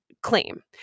claim